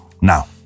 now